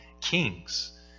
kings